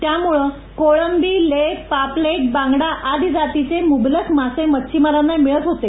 त्यामुळ कोळंबी लेप पापलेट बागडा आदी जातीची मुबलक मासे मच्छिमारांना मिळत होती